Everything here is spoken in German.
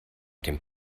dem